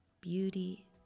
beauty